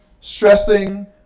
stressing